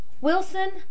Wilson